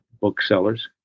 booksellers